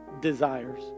desires